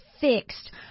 fixed